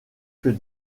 que